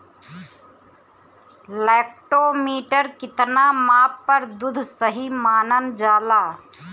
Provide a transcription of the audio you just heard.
Lactometer के कितना माप पर दुध सही मानन जाला?